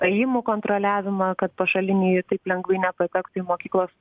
ėjimų kontroliavimą kad pašaliniai taip lengvai nepatektų į mokyklos